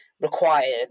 required